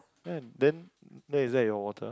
then then that is that your water